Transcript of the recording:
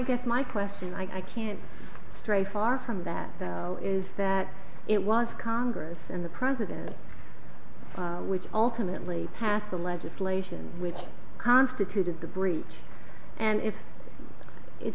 guess my question i can't stray far from that though is that it was congress and the president which ultimately passed the legislation which constituted the breach and if it